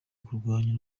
kurwanya